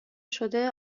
شده